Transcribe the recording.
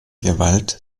gewalt